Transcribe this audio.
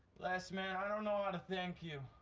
les, man, i don't know how to thank you.